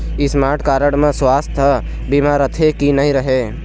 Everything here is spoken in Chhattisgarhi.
स्मार्ट कारड म सुवास्थ बीमा रथे की नई रहे?